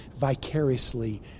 vicariously